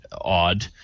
odd